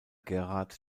gerard